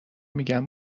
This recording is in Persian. میگم